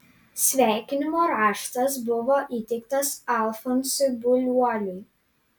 sveikinimo raštas buvo įteiktas alfonsui buliuoliui